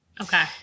Okay